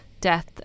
death